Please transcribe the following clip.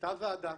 הייתה ועדה,